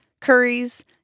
curries